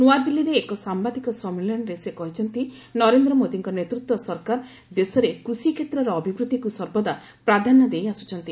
ନୂଆଦିଲ୍ଲୀରେ ଏକ ସମ୍ଭାଦିକ ସମ୍ମିଳନୀରେ ସେ କହିଛନ୍ତି ନରେନ୍ଦ୍ର ମୋଦୀଙ୍କ ନେତୃତ୍ୱର ସରକାର ଦେଶରେ କୃଷି କ୍ଷେତ୍ରର ଅଭିବୃଦ୍ଧିକୁ ସର୍ବଦା ପ୍ରାଧାନ୍ୟ ଦେଇ ଆସୁଛନ୍ତି